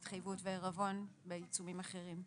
התחייבות ועירבון בעיצומים אחרים.